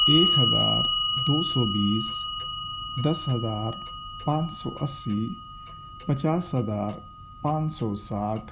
ایک ہزار دو سو بیس دس ہزار پانچ سو اسی پچاس ہزار پانچ سو ساٹھ